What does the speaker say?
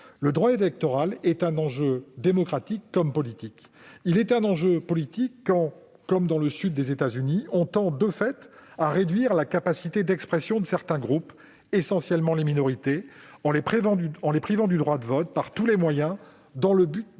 Le droit électoral est un enjeu démocratique comme politique. Il est un enjeu politique, quand on tend de fait, comme dans le sud des États-Unis, à réduire la capacité d'expression de certains groupes, essentiellement les minorités, en les privant du droit de vote par tous les moyens dans le but d'empêcher